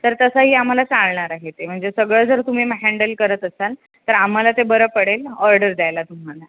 तर तसंही आम्हाला चालणार आहे ते म्हणजे सगळं जर तुम्ही हँडल करत असाल तर आम्हाला ते बरं पडेल ऑर्डर द्यायला तुम्हाला